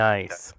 Nice